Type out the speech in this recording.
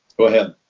go ahead.